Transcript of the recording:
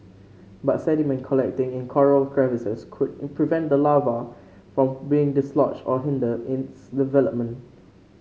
but sediment collecting in coral crevices could prevent the larva from being dislodged or hinder its development